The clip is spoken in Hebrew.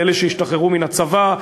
לאלה שהשתחררו מן הצבא,